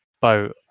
boat